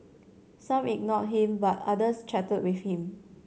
some ignored him but others chatted with him